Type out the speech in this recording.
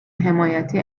حمایتی